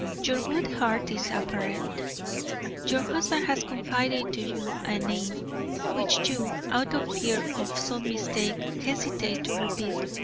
your good heart is apparent your husband has confided to you a name which you, out of fear of some mistake, hesitate to repeat.